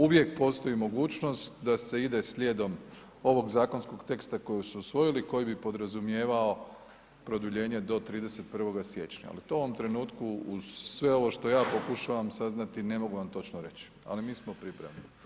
Uvijek postoji mogućnost da se ide slijedom ovog zakonskog teksta koji su usvojili, koji bi podrazumijevao produljenje do 31. siječnja, ali to u ovom trenutku uz sve ovo što ja pokušavam saznati, ne mogu vam točno reći, ali mi smo pripravni.